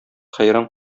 хәйран